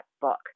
book